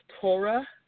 Torah